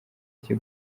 cye